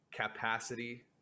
capacity